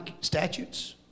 statutes